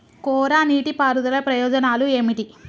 కోరా నీటి పారుదల ప్రయోజనాలు ఏమిటి?